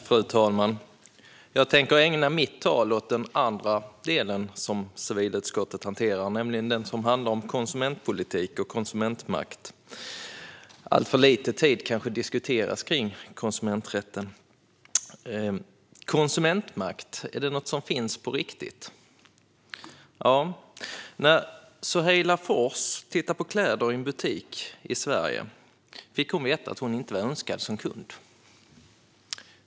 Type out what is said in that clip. Fru talman! Jag tänker ägna mitt tal åt den andra delen som civilutskottet hanterar, nämligen den som handlar om konsumentpolitik och konsumentmakt. Alltför lite tid kanske ägnas åt att diskutera konsumenträtten. Konsumentmakt - är det någonting som finns på riktigt? När Soheila Fors tittade på kläder i en butik i Sverige fick hon veta att hon inte var önskvärd som kund.